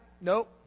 nope